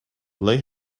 they